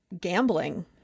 gambling